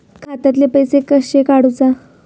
खात्यातले पैसे कशे काडूचा?